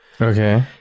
Okay